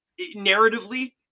narratively